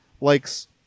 likes